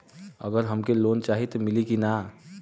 अगर हमके लोन चाही त मिली की ना?